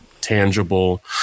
tangible